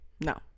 no